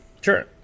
Sure